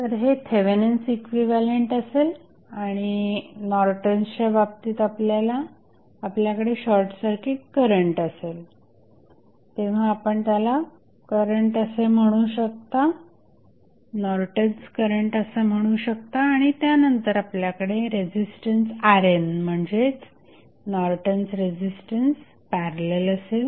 तर हे Thevenin's equivalent असेल आणि नॉर्टन्सच्या बाबतीत आपल्याकडे शॉर्टसर्किट करंट असेल तेव्हा आपण त्याला नॉर्टन्सकरंट असे म्हणू शकता आणि त्यानंतर आपल्याकडे रेझिस्टन्स RN म्हणजेच नॉर्टन्स रेझिस्टन्स पॅरलल असेल